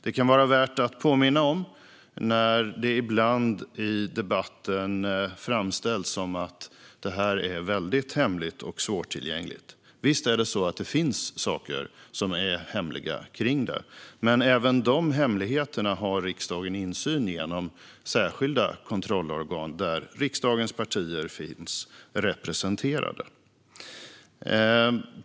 Det kan vara värt att påminna om när det ibland i debatten framställs som att detta är väldigt hemligt och svårtillgängligt. Visst finns det saker som är hemliga, men även de hemligheterna har riksdagen insyn i genom särskilda kontrollorgan där riksdagens partier finns representerade.